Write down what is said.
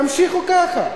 תמשיכו ככה.